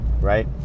right